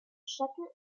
sugar